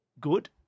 good